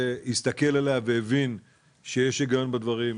שהסתכל עליה והבין שיש היגיון בדברים.